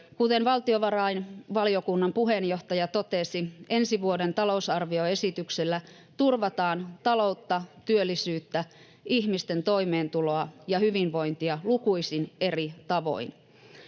Kuten valtiovarainvaliokunnan puheenjohtaja totesi, ensi vuoden talousarvioesityksellä turvataan taloutta, työllisyyttä, ihmisten toimeentuloa ja hyvinvointia lukuisin eri tavoin.